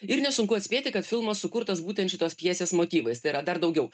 ir nesunku atspėti kad filmas sukurtas būtent šitos pjesės motyvais tai yra dar daugiau